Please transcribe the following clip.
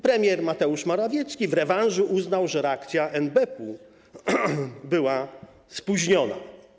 Premier Mateusz Morawiecki w rewanżu uznał, że reakcja NBP była spóźniona.